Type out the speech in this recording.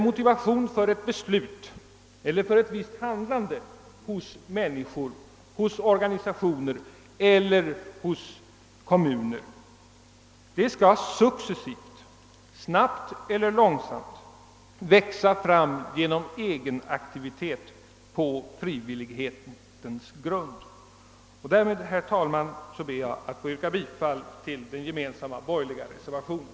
Motivation för ett beslut eller för ett visst handlande hos människor, hos organisationer eller hos kommuner skall successivt — snabbt eller långsamt — växa fram genom egen aktivitet på frivillighetens grund. Med dessa ord, herr talman, ber jag att få yrka bifall till den gemensamma borgerliga reservationen.